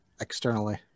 externally